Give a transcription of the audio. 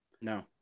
No